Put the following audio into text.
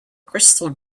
crystal